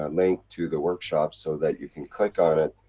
ah link to the workshop, so that you can click on it,